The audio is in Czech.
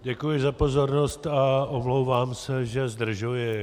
Děkuji za pozornost a omlouvám se, že zdržuji.